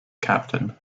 captain